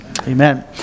Amen